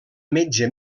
metge